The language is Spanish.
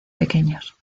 pequeños